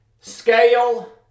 scale